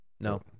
No